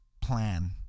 plan